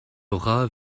rat